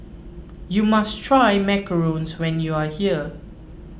you must try Macarons when you are here